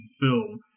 film